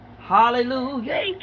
Hallelujah